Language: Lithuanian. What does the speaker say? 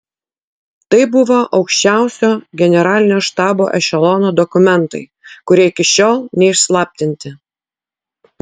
tai buvo aukščiausio generalinio štabo ešelono dokumentai kurie iki šiol neišslaptinti